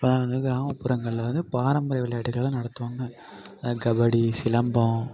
அப்போலாம் வந்து கிராமப்புறங்களில் வந்து பாரம்பரிய விளையாட்டுகள நடத்துவாங்க கபடி சிலம்பம்